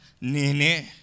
Nene